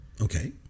Okay